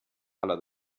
alla